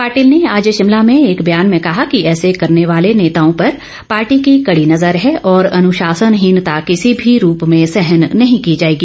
पाटिल ने आज शिमला में एक ब्यान मे ंकहा कि ऐसा करने वाले नेताओं पर पार्टी की कड़ी नज़र है और अनुशासनहीनता किसी भी रूप में सहन नहीं की जाएगी